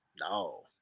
no